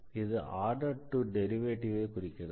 இது ஆர்டர் 2 டெரிவேட்டிவை குறிக்கிறது